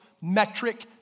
metric